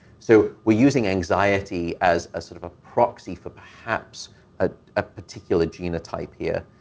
so we're using anxiety as a sort of a proxy for perhaps ah a particular genotype here.